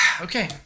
okay